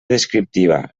descriptiva